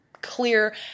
clear